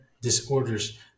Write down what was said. disorders